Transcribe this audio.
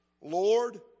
Lord